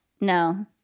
No